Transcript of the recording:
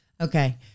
Okay